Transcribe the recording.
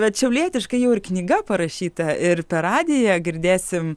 bet šiaulietiškai jau ir knyga parašyta ir per radiją girdėsim